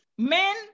Men